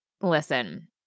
listen